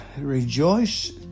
rejoice